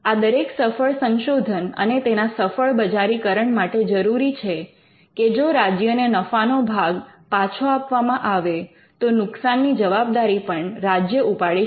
આ દરેક સફળ સંશોધન અને તેના સફળ બજારીકરણ માટે જરૂરી છે કે જો રાજ્યને નફાનો ભાગ પાછો આપવામાં આવે તો નુકસાનની જવાબદારી પણ રાજ્ય ઉપાડી શકે